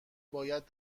باید